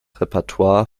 repertoire